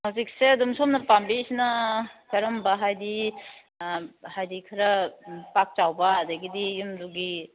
ꯍꯧꯖꯤꯛꯁꯦ ꯑꯗꯨꯝ ꯁꯣꯝꯅ ꯄꯥꯝꯕꯤꯔꯤꯁꯤꯅ ꯀꯔꯝꯕ ꯍꯥꯏꯗꯤ ꯍꯥꯏꯗꯤ ꯈꯔ ꯄꯥꯛ ꯆꯥꯎꯕ ꯑꯗꯒꯤꯗꯤ ꯌꯨꯝꯗꯨꯒꯤ